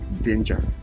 danger